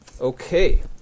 Okay